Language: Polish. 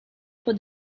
pod